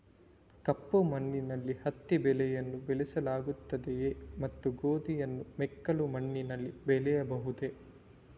ಕಪ್ಪು ಮಣ್ಣಿನಲ್ಲಿ ಹತ್ತಿ ಬೆಳೆಯನ್ನು ಬೆಳೆಸಲಾಗುತ್ತದೆಯೇ ಮತ್ತು ಗೋಧಿಯನ್ನು ಮೆಕ್ಕಲು ಮಣ್ಣಿನಲ್ಲಿ ಬೆಳೆಯಬಹುದೇ?